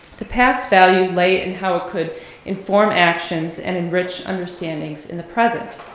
the past's value lay in how it could inform actions and enrich understandings in the present,